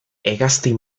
hegazti